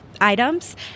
items